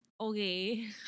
okay